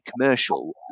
commercial